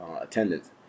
attendance